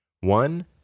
One